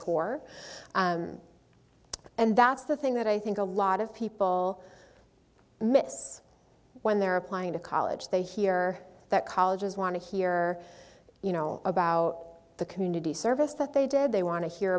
core and that's the thing that i think a lot of people miss when they're applying to college they hear that colleges want to hear you know about the community service that they did they want to hear